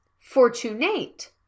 fortunate